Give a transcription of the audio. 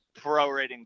prorating